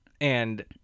and-